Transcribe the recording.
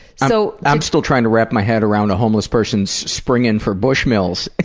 so i'm still trying to wrap my head around a homeless person so springing for bushmills.